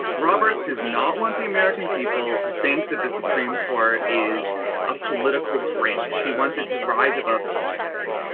roberts does not want the american people to think that the supreme court is a political branch. he wants it to rise above politics.